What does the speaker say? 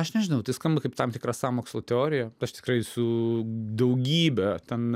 aš nežinau tai skamba kaip tam tikra sąmokslo teorija aš tikrai su daugybe ten